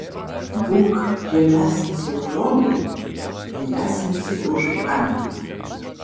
būk žemesnis už žolę tylesnis už vandenį